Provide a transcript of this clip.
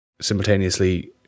simultaneously